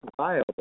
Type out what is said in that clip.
viable